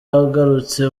agarutse